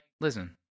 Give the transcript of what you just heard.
listen